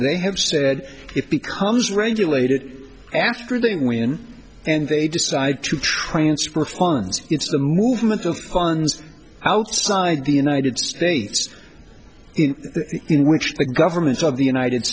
they have said it becomes regulated after doing when and they decide to transfer funds it's the movement of funds outside the united states in which the governments of the united